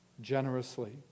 generously